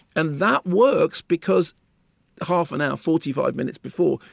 and that works, because half an hour, forty five minutes before,